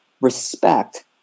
respect